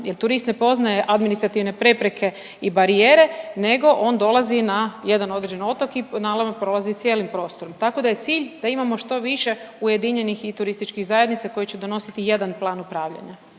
jer turist ne poznaje administrativne prepreke i barijere nego on dolazi na jedan određeni otok i naravno prolazi cijelim prostorom. Tako da je cilj da imamo što više ujedinjenih i TZ-a koji će donositi jedan plan upravljanja.